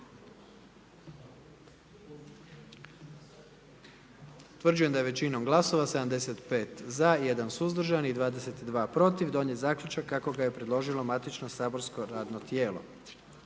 Utvrđujem da je većinom glasova, 78 za, 13 suzdržanih i 10 protiv donijet zaključak kako su predložila saborska radna tijela.